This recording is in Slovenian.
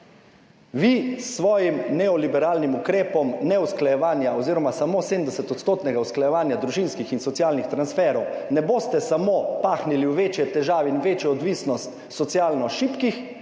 Vi s svojim neoliberalnim ukrepom neusklajevanja oziroma samo 70-odstotnega usklajevanja družinskih in socialnih transferjev ne boste samo pahnili v večje težave in večjo odvisnost socialno šibkih,